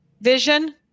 vision